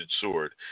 sword